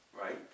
right